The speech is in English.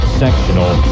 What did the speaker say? sectional